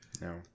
No